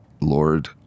Lord